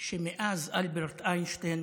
שמאז אלברט איינשטיין